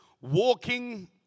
walking